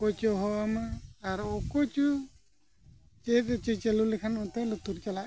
ᱚᱠᱚᱭ ᱪᱚᱭ ᱦᱚᱦᱚᱣᱟᱢᱟ ᱟᱨ ᱚᱠᱚᱭ ᱪᱚ ᱪᱮᱫ ᱠᱚᱪᱚᱭ ᱪᱟᱹᱞᱩ ᱞᱮᱠᱷᱟᱱ ᱚᱱᱛᱮ ᱞᱩᱛᱩᱨ ᱪᱟᱞᱟᱜ ᱜᱮᱭᱟ